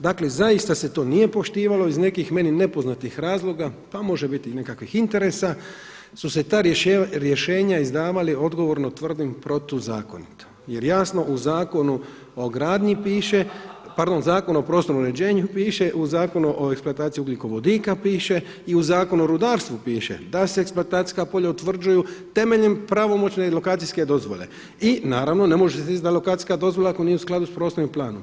Dakle, zaista se to nije poštivalo iz nekih meni nepoznatih razloga pa može biti nekakvih interesa su se ta rješenja izdavali odgovorno tvrdim, protuzakonito jer jasno u Zakonu o gradnji piše, pardon Zakonu o prostornom uređenju piše u Zakonu o eksploataciji ugljikovodika piše i u Zakonu o rudarstvu piše da se eksploatacijska polja utvrđuju temeljem pravomoćne lokacijske dozvole i naravno ne može se izdati lokacijska dozvola ako nije u skladu s prostornim planom.